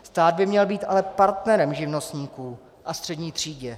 Stát by měl být ale partnerem živnostníkům a střední třídě.